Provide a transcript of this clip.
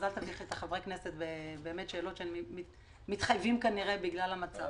אז אל תביכי את חברי הכנסת בשאלות שהם מתחייבים כנראה בגלל המצב.